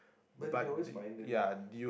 but you can always find them